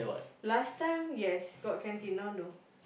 last time yes got canteen now no